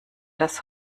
das